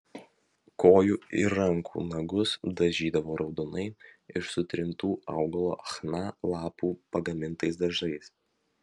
kojų ir rankų nagus dažydavo raudonai iš sutrintų augalo chna lapų pagamintais dažais